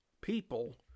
people